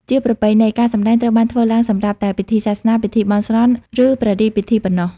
ជាប្រពៃណី ការសម្តែងត្រូវបានធ្វើឡើងសម្រាប់តែ ពិធីសាសនា ពិធីបន់ស្រន់ ឬព្រះរាជពិធីប៉ុណ្ណោះ។